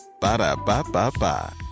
Ba-da-ba-ba-ba